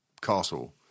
castle